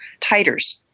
titers